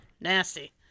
nasty